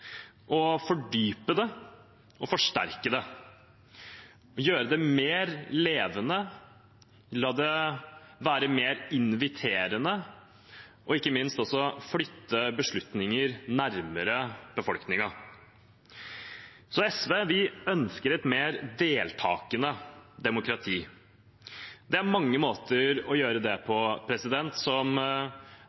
gjøre det mer levende, la det være mer inviterende, og ikke minst også flytte beslutninger nærmere befolkningen. SV ønsker et mer deltakende demokrati. Det er mange måter å få til det på som